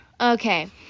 okay